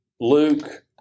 luke